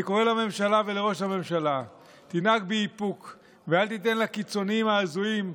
אני קורא לממשלה ולראש הממשלה: תנהג באיפוק ואל תיתן לקיצוניים ההזויים,